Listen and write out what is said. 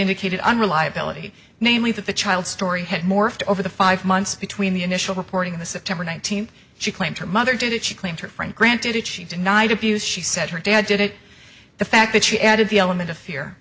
indicated unreliability namely that the child's story had morphed over the five months between the initial reporting the september nineteenth she claimed her mother did it she claimed her friend granted it she denied abuse she said her dad did it the fact that she added the element of fear